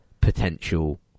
potential